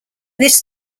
this